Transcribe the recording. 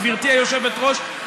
גברתי היושבת-ראש,